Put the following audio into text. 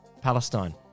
Palestine